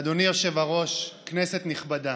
אדוני היושב-ראש, כנסת נכבדה,